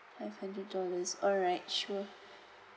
five hundred dollars alright sure